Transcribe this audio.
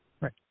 Right